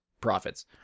profits